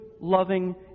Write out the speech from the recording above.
loving